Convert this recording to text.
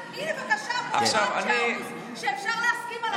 בבקשה, מועמד שאפשר להסכים עליו.